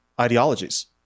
ideologies